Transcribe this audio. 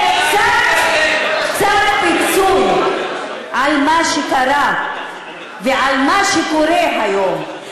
זה קצת פיצוי על מה שקרה ועל מה שקורה היום.